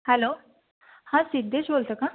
hello हां सिद्धेश बोलता का